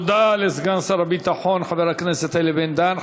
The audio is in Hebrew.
תודה לסגן שר הביטחון חבר הכנסת